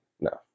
No